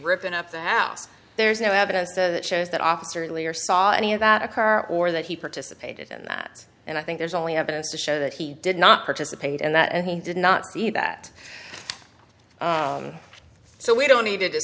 ripping up the house there's no evidence that shows that officer earlier saw any of that occur or that he participated in that and i think there's only evidence to show that he did not participate and that he did not see that so we don